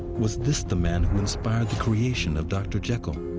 was this the man who inspired the creation of dr. jekyll?